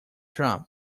trump